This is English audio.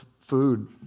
food